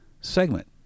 segment